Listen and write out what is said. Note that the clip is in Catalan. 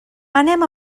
anem